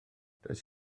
does